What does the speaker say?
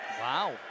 Wow